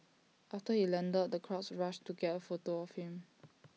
after he landed the crowds rushed to get A photo of him